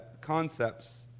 concepts